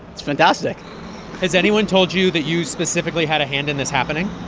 it's fantastic has anyone told you that you specifically had a hand in this happening?